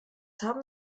haben